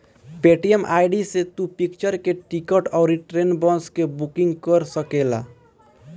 Paytm ID से तू picture के टिकट अउरी ट्रेन, बस के बुकिंग कर सकेला